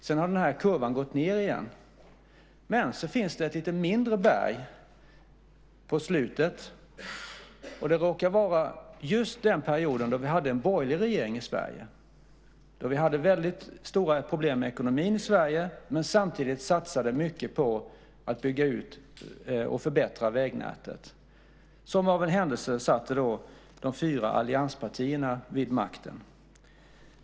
Sedan har kurvan gått ned igen. Men det finns ett lite mindre berg på slutet, och det råkar visa just den period då vi hade en borgerlig regering i Sverige, då vi hade väldigt stora problem med ekonomin i Sverige men samtidigt satsade mycket på att bygga ut och förbättra vägnätet. Som av en händelse satt då de fyra allianspartierna vid makten.